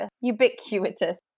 ubiquitous